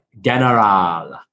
general